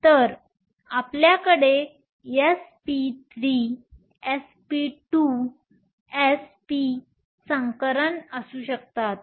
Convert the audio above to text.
तर आपल्याकडे sp3 sp2 s p संकरण असू शकतात